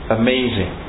amazing